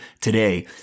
today